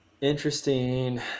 interesting